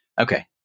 Okay